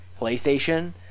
PlayStation